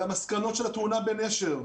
על המסקנות של התאונה בנשר,